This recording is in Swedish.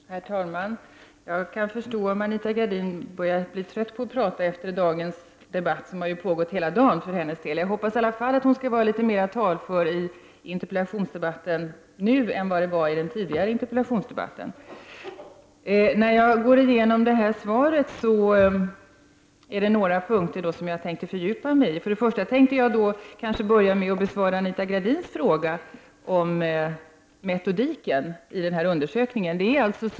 Herr talman! Jag kan förstå om Anita Gradin börjar bli trött på att prata efter dessa debatter som har pågått hela dagen för hennes del. Jag hoppas i alla fall att hon skall vara litet mera talför i denna interpellationsdebatt än hon var i den tidigare interpellationsdebatten. Det är några punkter i det här svaret som jag tänkte fördjupa mig i. Jag vill börja med att besvara Anita Gradins fråga om metodiken i den här undersökningen.